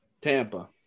Tampa